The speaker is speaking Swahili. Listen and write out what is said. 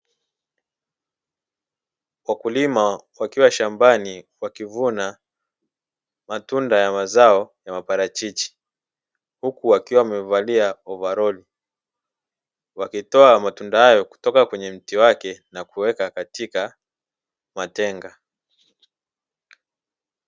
Wakulima wakiwa shambani wakivuna matunda ya mazao ya maparachichi, huku wakiwa wamevalia ovaroli, wakitoa matunda hayo kutoka kwenye mti wake na kuweka katika matenga.